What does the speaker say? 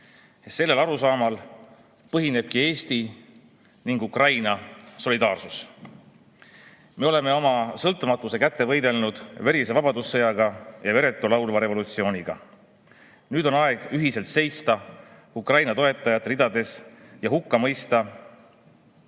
Sellel arusaamal põhinebki Eesti ning Ukraina solidaarsus. Me oleme oma sõltumatuse kätte võidelnud verise vabadussõjaga ja veretu laulva revolutsiooniga. Nüüd on aeg ühiselt seista Ukraina toetajate ridades ja hukka mõista